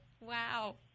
Wow